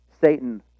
Satan